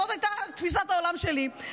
זו הייתה תפיסת העולם שלי.